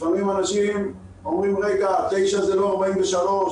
לפעמים אנשים אומרים: 9 זה לא 43,